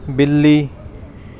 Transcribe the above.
ਬਿੱਲੀ